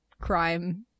crime